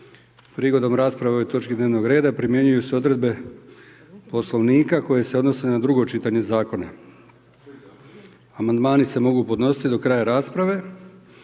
Prigodom rasprave o ovoj točki dnevnog reda primjenjuju se odredbe Poslovnika koje se odnose na prvo čitanje zakona. Raspravu su proveli Odbor za